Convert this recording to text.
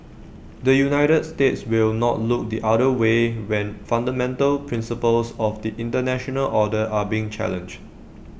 the united states will not look the other way when fundamental principles of the International order are being challenged